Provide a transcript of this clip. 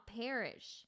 perish